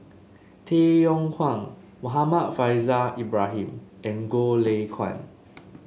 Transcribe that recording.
Tay Yong Kwang Muhammad Faishal Ibrahim and Goh Lay Kuan